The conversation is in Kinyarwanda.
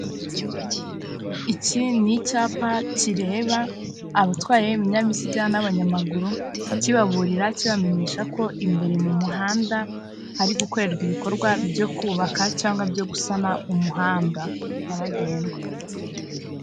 Iki ni icyapa kireba abatwaye ibinyabiziga n'abanyamaguru, kibaburira kibamenyesha ko imbere mu muhanda hari gukorerwa ibikorwa byo kubaka cyangwa byo gusana umuhanda nyabagendwa.